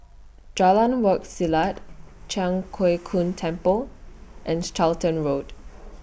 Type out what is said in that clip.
Jalan Wak Selat Cho Keong Temple and Charlton Road